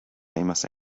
famous